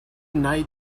night